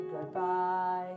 goodbye